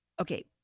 okay